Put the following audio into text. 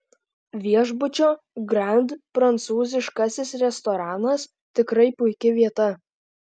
viešbučio grand prancūziškasis restoranas tikrai puiki vieta